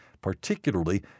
particularly